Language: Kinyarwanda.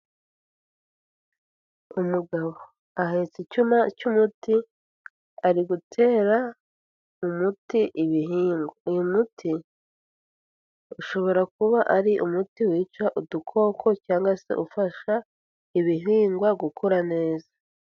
Umugabo ahetse icyuma cy'umuti ari gutera umuti ibihingwa. Uyu muti ushobora kuba ari umuti wica udukoko cyangwa se ufasha ibihingwa gukura neza.